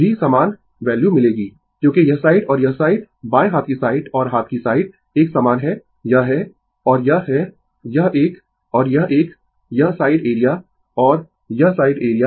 भी समान वैल्यू मिलेगी क्योंकि यह साइड और यह साइड बाएँ हाथ की साइड और हाथ की साइड एक सामान है यह है और यह है यह एक और यह एक यह साइड एरिया और यह साइड एरिया